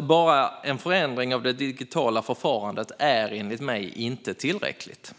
Bara en förändring av det digitala förfarandet är enligt mig inte tillräckligt.